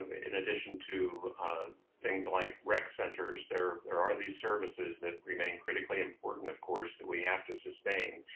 um in addition to things like rec centers, there are these services that remain critically important of course that we have to sustain.